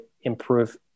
improve